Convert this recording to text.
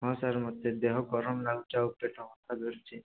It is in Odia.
ହଁ ସାର୍ ମୋତେ ଦେହ ଗରମ ଲାଗୁଛି ଆଉ ପେଟ ବଥା ଧରୁଛି